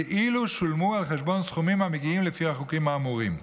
כאילו שולמו על חשבון סכומים המגיעים לפי החוקים האמורים.